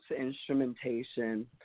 instrumentation